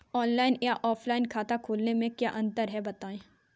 Online या offline खाता खोलने में क्या अंतर है बताएँ?